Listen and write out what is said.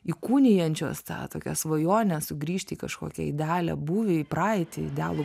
įkūnijančios tą tokią svajonę sugrįžti kažkokią idealią būvį į praeitį idealų